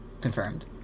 confirmed